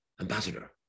Ambassador